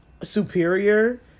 superior